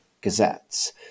gazettes